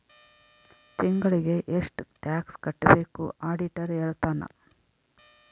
ತಿಂಗಳಿಗೆ ಎಷ್ಟ್ ಟ್ಯಾಕ್ಸ್ ಕಟ್ಬೇಕು ಆಡಿಟರ್ ಹೇಳ್ತನ